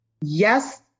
Yes